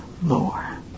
more